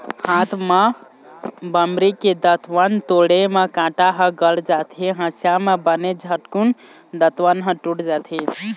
हाथ म बमरी के दतवन तोड़े म कांटा ह गड़ जाथे, हँसिया म बने झटकून दतवन ह टूट जाथे